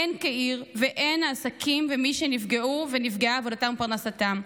הן כעיר והן העסקים ומי שנפגעו ונפגעה עבודתם ופרנסתם,